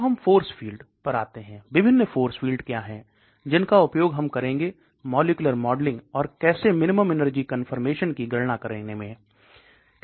अब हम force field पर आते है विभिन्न फ़ोर्स फील्ड क्या है जिनका उपयोग हम करेंगे मॉलिक्यूलर मॉडलिंग और कैसे मिनिमम एनर्जी कन्फर्मेशन की गड़ना करेगें